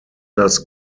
das